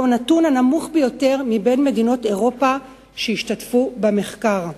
זהו הנתון הנמוך ביותר בין מדינות אירופה שהשתתפו במחקר.